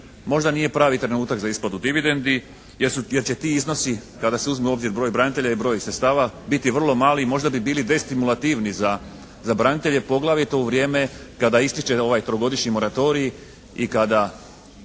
možda nije pravi trenutak za isplatu dividendi, jer će ti iznosi kada se uzme u obzir broj branitelja i broj sredstava biti vrlo mali i možda bi bili destimulativni za branitelje, poglavito u vrijeme kada ističe ovaj trogodišnji moratorij i kada